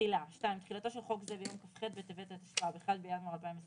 תחילה 2. תחילתו של חוק זה ביום כ"ח בטבת התשפ"ב (1 בינואר 2022),